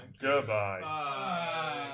Goodbye